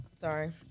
Sorry